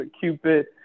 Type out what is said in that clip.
Cupid